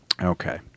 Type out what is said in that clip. Okay